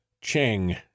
Cheng